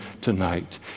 tonight